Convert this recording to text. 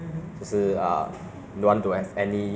it's like having illness is ah